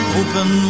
open